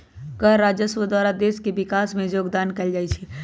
कर राजस्व द्वारा देश के विकास में जोगदान कएल जाइ छइ